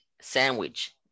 sandwich